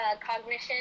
cognition